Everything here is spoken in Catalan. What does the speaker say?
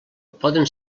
poden